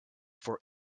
for